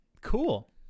Cool